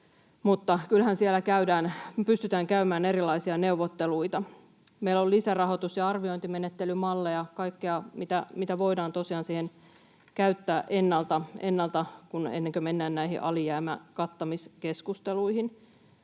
kyllähän siellä pystytään käymään erilaisia neuvotteluita. Meillä on lisärahoitus- ja arviointimenettelymalleja, kaikkea, mitä voidaan tosiaan siihen käyttää ennalta ennen kuin mennään näihin alijäämän kattamiskeskusteluihin.